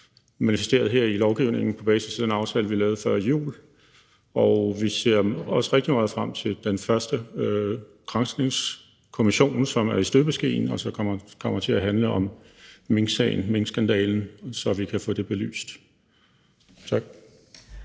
manifesteret her i lovgivningen på basis af den aftale, vi lavede før jul. Vi ser også rigtig meget frem til den første granskningskommission, som nu er i støbeskeen, og som kommer til at handle om minksagen, minkskandalen, så vi kan få det belyst. Tak.